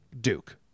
Duke